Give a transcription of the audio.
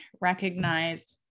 recognize